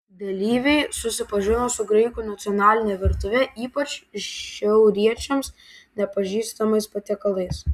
dalyviai susipažino su graikų nacionaline virtuve ypač šiauriečiams nepažįstamais patiekalais